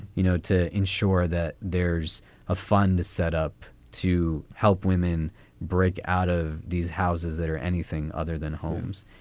you know, to ensure that there's a fund to set up to help women break out of these houses that are anything other than homes.